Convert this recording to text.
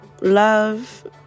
Love